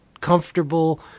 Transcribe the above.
comfortable